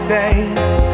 days